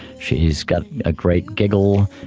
she has got a great giggle,